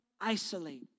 isolate